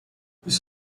یست